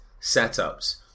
setups